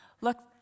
Look